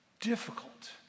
difficult